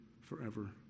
forever